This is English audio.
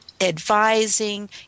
advising